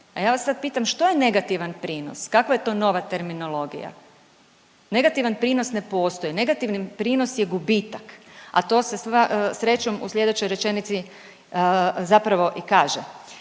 A ja vas sad pitam što je negativan prinos? Kakav je to nova terminologija? Negativan prinos ne postoji, negativan prinos je gubitak, a to se srećom u sljedećoj rečenici zapravo i kaže